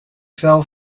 fell